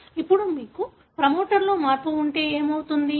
ఇప్పుడు మీకు ప్రమోటర్లో మార్పు ఉంటే ఏమవుతుంది